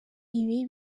ibi